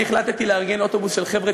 אני החלטתי לארגן אוטובוס של חבר'ה